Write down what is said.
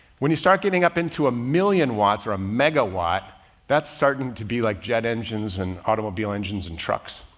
when you start getting up into a million watts or a megawatt that's starting to be like jet engines and automobile engines and trucks.